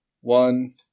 One